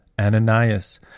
Ananias